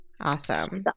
awesome